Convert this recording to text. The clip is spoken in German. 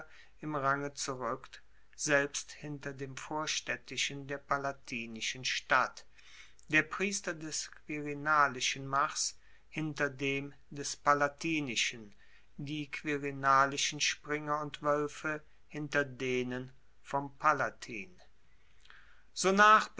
im range zurueck selbst hinter dem vorstaedtischen der palatinischen stadt der priester des quirinalischen mars hinter dem des palatinischen die quirinalischen springer und woelfe hinter denen vom palatin sonach